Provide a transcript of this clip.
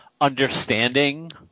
understanding